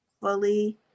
fully